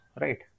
right